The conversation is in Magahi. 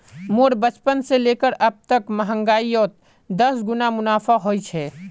मोर बचपन से लेकर अब तक महंगाईयोत दस गुना मुनाफा होए छे